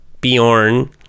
Bjorn